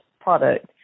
product